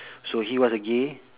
so he was a gay